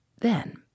Then